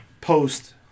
post-